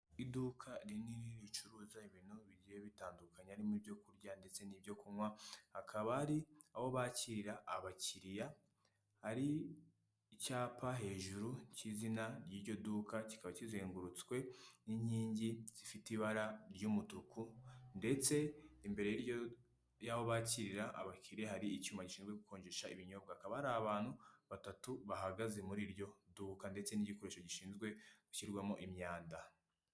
Iduka rinini ricuruza ibintu bigiye bitandukanye haririmo ibyo kurya ndetse n'ibyo kunywa hakaba ari aho bakirira abakiriya ,hari icyapa hejuru cy'izina ry'iryo duka kikaba kizengurutswe n'inkingi zifite ibara ry'umutuku ndetse imbere y'aho bakirira abakire hari icyuma kinshinzwe gukonjesha ibinyobwa . Hakaba hari abantu batatu bahagaze muri iryo duka ndetse n'igikoresho gishinzwe gushyirwamo imyanda.